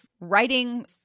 writing